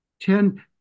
Ten